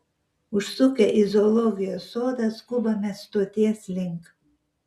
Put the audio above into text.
užsukę į zoologijos sodą skubame stoties link